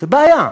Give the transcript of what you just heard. זו בעיה.